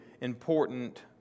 important